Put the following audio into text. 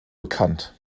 bekannt